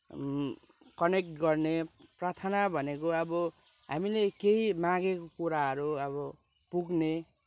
connect गर्ने प्रार्थना भनेको अब हामीले केही मागेको कुराहरू अब पुग्ने